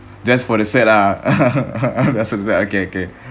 just for the cert ah